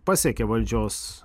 pasiekia valdžios